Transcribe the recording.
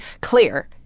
clear